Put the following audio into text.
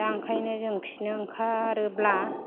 दा ओंखायनो जों खिनो ओंखारोब्ला